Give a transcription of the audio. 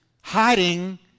hiding